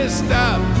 stop